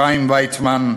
חיים ויצמן,